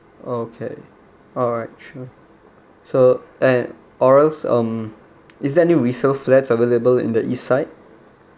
okay alright sure so and or else um is there any resale flats available in the east side